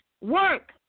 work